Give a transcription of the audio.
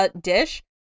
dish